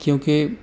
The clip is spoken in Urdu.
کیونکہ